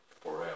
forever